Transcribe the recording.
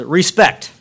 respect